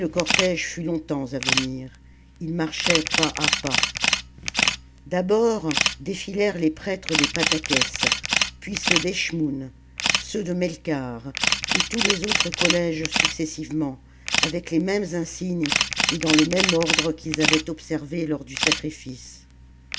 le cortège fut longtemps à venir il marchait pas à pas d'abord défilèrent les prêtres des patseques puis ceux d'eschmoùn ceux de meikarth et tous ks autres collèges successivement avec les mêmes insignes et dans le même ordre qu'ils avaient observé lors du sacrifice